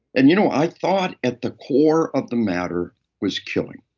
and you know, i thought at the core of the matter was killing.